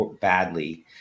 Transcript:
badly